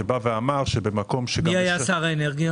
שבא ואמר שבמקום שבו --- מי היה שר האנרגיה?